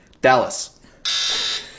Dallas